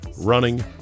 running